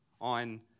on